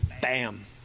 bam